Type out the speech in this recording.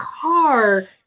car